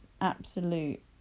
absolute